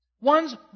One's